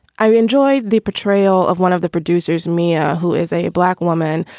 i enjoy the portrayal of one of the producers, mia, who is a black woman.